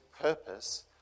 purpose